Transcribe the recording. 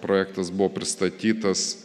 projektas buvo pristatytas